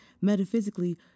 Metaphysically